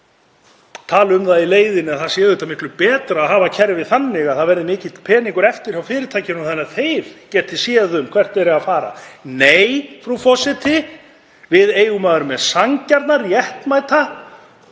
tala um það í leiðinni að það sé miklu betra að hafa kerfið þannig að það verði mikill peningur eftir hjá fyrirtækjunum þannig að þeir geti séð um hvert þeir eiga að fara. Nei, frú forseti, við eigum að vera með sanngjarna, réttmæta